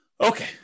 Okay